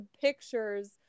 pictures